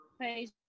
page